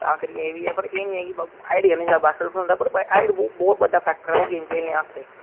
तां करियै एह् बी है एह् नेईं है कि हाइट कन्नै सिर्फ बासकिट गै खढोंदा लेकिन हाइट बडा फैक्टर ऐ ओह् गेम खेलने च